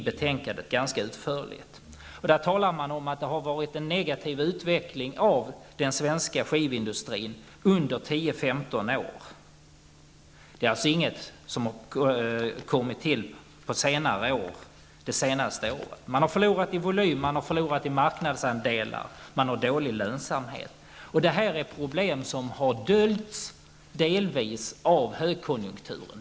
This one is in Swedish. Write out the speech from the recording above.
Den finns ganska utförligt refererad i betänkandet. Där talar man om att den svenska skivindustrin har haft en negativ utveckling under 10 till 15 år. Det är således inget som har uppstått under det senaste året. Man har förlorat i volym och marknadsandelar, och man har dålig lönsamhet. Det här är problem som delvis har dolts av högkonjunkturen.